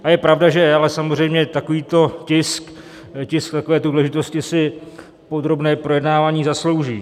A je pravda, že ale samozřejmě takovýto tisk, tisk takovéto důležitosti, si podrobné projednávání zaslouží.